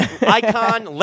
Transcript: icon